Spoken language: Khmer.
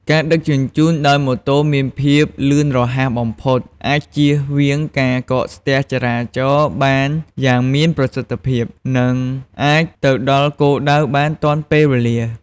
ការដឹកជញ្ជូនដោយម៉ូតូមានភាពលឿនរហ័សបំផុត អាចជៀសវាងការកកស្ទះចរាចរណ៍បានយ៉ាងមានប្រសិទ្ធភាព និងអាចទៅដល់គោលដៅបានទាន់ពេលវេលា។